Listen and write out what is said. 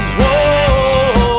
Whoa